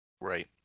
Right